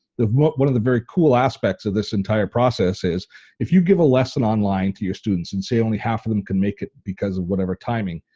one of the very cool aspects of this entire process is if you give a lesson online to your students and say only half of them can make it because of whatever timing,